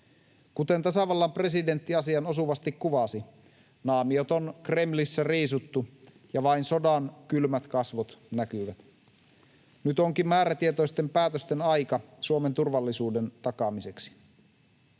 Kuten tasavallan presidentti asian osuvasti kuvasi, naamiot on Kremlissä riisuttu ja vain sodan kylmät kasvot näkyvät. Nyt onkin määrätietoisten päätösten aika Suomen turvallisuuden takaamiseksi.